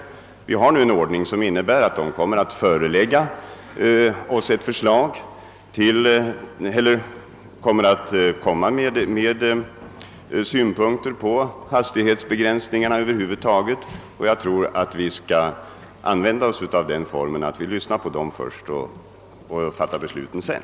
Vi har sålunda en ordning som innebär att högertrafikkommissionen kommer att framlägga synpunkter på hastighetsbegränsningarna över huvud taget, och jag tror, att vi skall använda den metoden att vi lyssnar på kommissionen först och fattar besluten sedan.